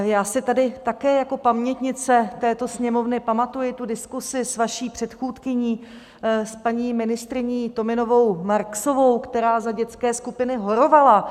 Já si tady také jako pamětnice této Sněmovny pamatuji tu diskusi s vaší předchůdkyní, s paní ministryní Tominovou Marksovou, která za dětské skupiny horovala.